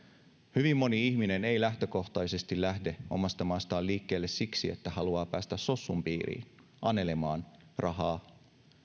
hyvin moni ihminen ei lähtökohtaisesti lähde omasta maastaan liikkeelle siksi että haluaa päästä sossun piiriin anelemaan rahaa